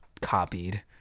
copied